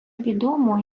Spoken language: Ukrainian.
відомо